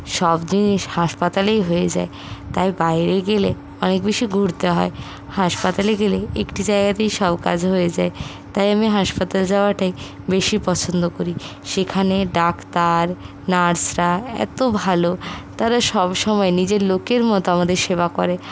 সব জিনিস হাসপাতালেই হয়ে যায় তাই বাইরে গেলে অনেক বেশি ঘুরতে হয় হাসপাতালে গেলে একটি জায়গাতেই সব কাজ হয়ে যায় তাই আমি হাসপাতাল যাওয়াটাই বেশি পছন্দ করি সেখানে ডাক্তার নার্সরা এত ভালো তারা সবসময় নিজের লোকের মতো আমাদের সেবা করে